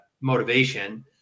motivation